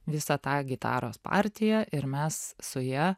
visą tą gitaros partiją ir mes su ja